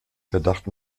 verdacht